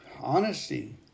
Honesty